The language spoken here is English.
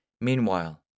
Meanwhile